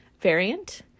variant